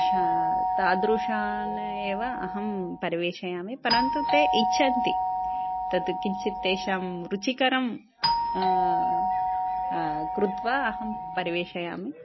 शा तादृशान् एव अहं परिवेषयामि परन्तु ते इच्छन्ति तत् किञ्चित् तेषां रुचिकरं कृत्वा अहं परिवेषयामि